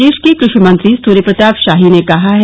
प्रदेश के कृषि मंत्री सूर्यप्रताप शाही ने कहा है